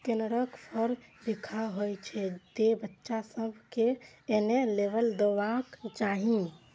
कनेरक फर बिखाह होइ छै, तें बच्चा सभ कें ई नै लेबय देबाक चाही